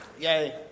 Yay